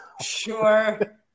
Sure